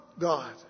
God